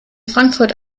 frankfurt